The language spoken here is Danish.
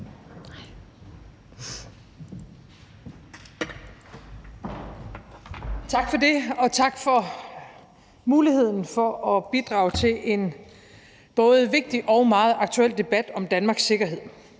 Tak for det. Og tak for muligheden for at bidrage til en både vigtig og meget aktuel debat om Danmarks sikkerhed.